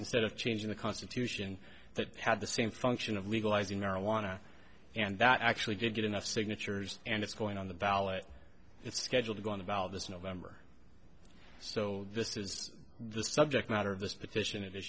instead of changing the constitution that had the same function of legalizing marijuana and that i actually did get enough signatures and it's going on the ballot it's scheduled to go on the ballot this november so this is the subject matter of this petition